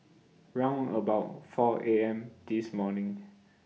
round about four A M This morning